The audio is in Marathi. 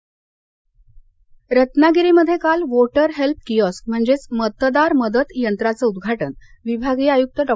रत्नागिरी रत्नागिरीमध्ये काल व्होटर हेल्प किऑस्क म्हणजेच मतदार मदत यंत्राचं उद्घाटन विभागीय आयुक्त डॉ